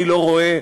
אני לא רואה,